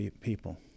people